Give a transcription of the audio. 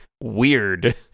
weird